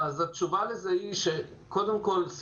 התשובה לזה היא: קודם כול,